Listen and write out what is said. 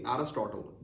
Aristotle